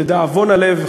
לדאבון הלב,